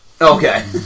Okay